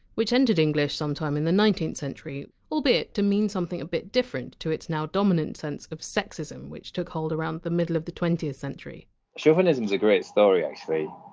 which entered english sometime in the nineteenth century, albeit to mean something a bit different to its now dominant sense of sexism, which took hold around the middle of the twentieth century chauvinism is a great story actually,